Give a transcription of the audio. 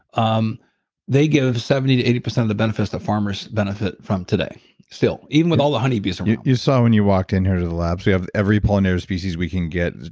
um they give seventy to eighty percent of the benefits that farmers benefit from today still, even with all the honeybees um around you saw when you walked in here to the labs, we have every pollinator species we can get. and